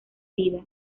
vida